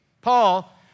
Paul